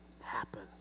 happen